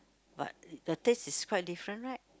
but the taste is quite different right